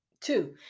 two